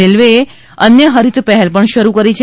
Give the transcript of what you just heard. રેલવેએ અન્ય ફરિત પહેલ પણ શરૂ કરી છે